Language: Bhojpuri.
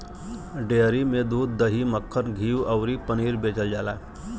डेयरी में दूध, दही, मक्खन, घीव अउरी पनीर बेचल जाला